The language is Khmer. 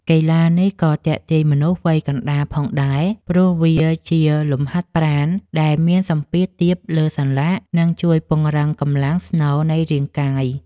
កីឡានេះក៏ទាក់ទាញមនុស្សវ័យកណ្ដាលផងដែរ ព្រោះវាជាលំហាត់ប្រាណដែលមានសម្ពាធទាបលើសន្លាក់ និងជួយពង្រឹងកម្លាំងស្នូលនៃរាងកាយ។